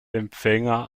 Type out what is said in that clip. empfänger